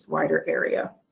wider area.